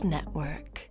Network